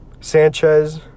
Sanchez